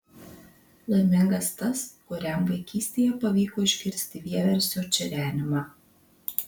laimingas tas kuriam vaikystėje pavyko išgirsti vieversio čirenimą